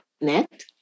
net